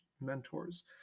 mentors